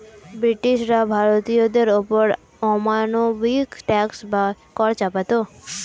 ব্রিটিশরা ভারতীয়দের ওপর অমানবিক ট্যাক্স বা কর চাপাতো